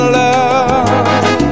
love